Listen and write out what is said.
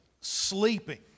sleeping